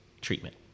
treatment